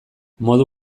modu